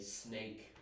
snake